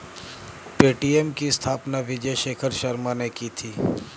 Paytm की स्थापना विजय शेखर शर्मा ने की थी